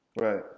Right